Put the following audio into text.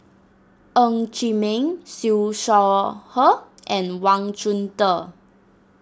Ng Chee Meng Siew Shaw Her and Wang Chunde